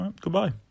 goodbye